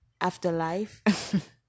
afterlife